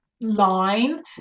line